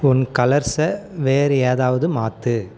உன் கலர்ஸ்ஸை வேறு ஏதாவது மாற்று